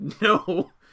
no